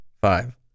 Five